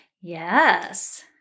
Yes